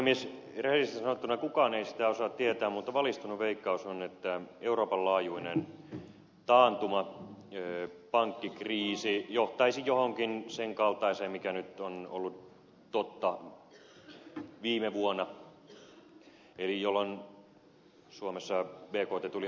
rehellisesti sanottuna kukaan ei sitä osaa sanoa mutta valistunut veikkaus on että euroopan laajuinen taantuma ja pankkikriisi johtaisi johonkin sen kaltaiseen mikä on ollut totta viime vuonna jolloin suomessa bkt tuli alas